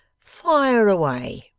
fire away